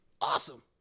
Awesome